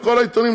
כל העיתונים,